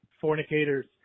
Fornicators